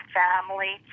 family